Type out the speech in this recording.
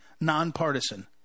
nonpartisan